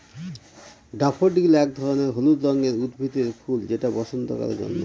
daffodil এক ধরনের হলুদ রঙের উদ্ভিদের ফুল যেটা বসন্তকালে জন্মায়